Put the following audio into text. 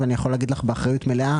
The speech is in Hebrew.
ואני יכול להגיד לך באחריות מלאה,